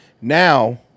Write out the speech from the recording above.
Now